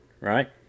right